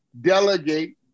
delegate